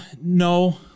no